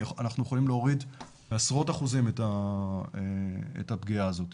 אנחנו יכולים להוריד בעשרות אחוזים את הפגיעה הזאת.